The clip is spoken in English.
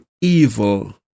evil